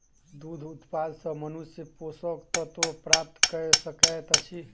दूध उत्पाद सॅ मनुष्य पोषक तत्व प्राप्त कय सकैत अछि